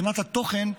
מבחינת התוכן,